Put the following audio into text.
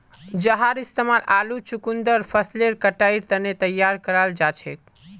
जहार इस्तेमाल आलू चुकंदर फसलेर कटाईर तने तैयार कराल जाछेक